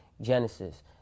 Genesis